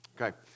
Okay